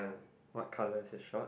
what colour is his short